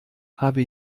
habe